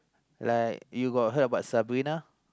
like you got heard about Sabrina